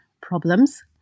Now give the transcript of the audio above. problems